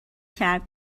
کرد